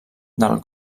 del